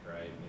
right